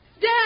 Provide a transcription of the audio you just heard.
Dad